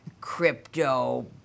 Crypto